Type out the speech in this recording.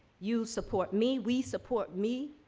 you support me. we support me.